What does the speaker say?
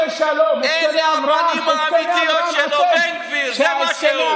אלה הפנים האמיתיות שלו, בן גביר, זה מה שהוא.